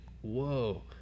whoa